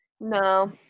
no